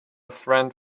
friend